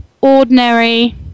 ordinary